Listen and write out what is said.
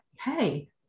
hey